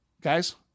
guys